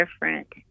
different